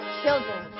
children